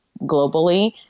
globally